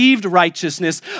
righteousness